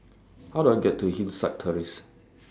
How Do I get to Hillside Terrace